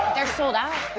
they're sold out.